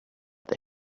the